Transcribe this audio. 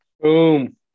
Boom